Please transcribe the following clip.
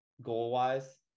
goal-wise